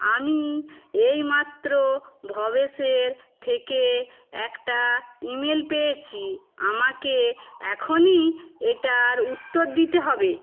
আমি এইমাত্র ভবেশের থেকে একটা ইমেল পেয়েছি আমাকে এখনই এটার উত্তর দিতে হবে